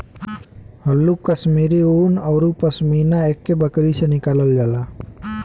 हल्लुक कश्मीरी उन औरु पसमिना एक्के बकरी से निकालल जाला